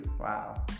Wow